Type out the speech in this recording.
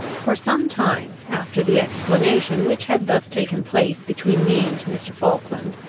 for some time after the explanation which had thus taken place between me and mr. falkland,